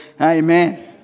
Amen